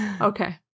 Okay